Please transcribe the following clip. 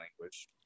language